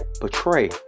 betray